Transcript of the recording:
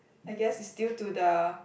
I guess it's due to the